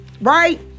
Right